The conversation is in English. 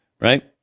right